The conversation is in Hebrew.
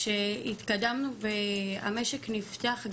כשהתקדמנו והמשק נפתח,